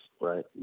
right